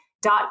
Dot